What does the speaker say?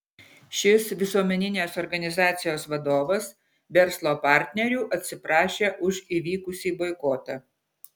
šis visuomeninės organizacijos vadovas verslo partnerių atsiprašė už įvykusį boikotą